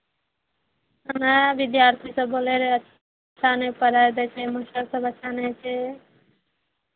नहि विद्यार्थीसभ बोलैत रहै अच्छा नहि पढ़ाइ दै छै मास्टरसभ अच्छा नहि छै